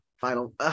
Final